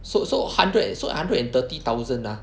so so hundred and so hundred and thirty thousand ah